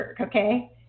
okay